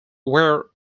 where